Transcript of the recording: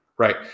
right